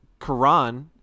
Quran